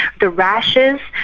the rashes.